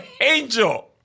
Angel